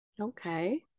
Okay